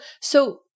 So-